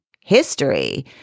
history